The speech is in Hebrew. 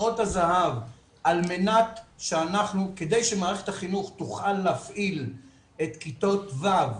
כדי שמערכת החינוך תוכל להפעיל את כיתות ו'